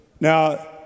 Now